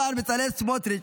השר בצלאל סמוטריץ',